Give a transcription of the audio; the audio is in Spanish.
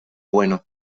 bueno